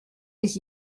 les